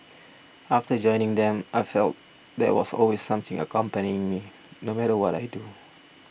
after joining them I felt there was always something accompanying me no matter what I do